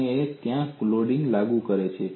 અને આ તે છે જ્યાં મેં લોડ લાગુ કર્યો છે